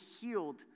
healed